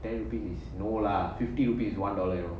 ten rupees is no lah fifty rupees is one dollar you know